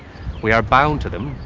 we are bound to them,